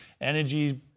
energy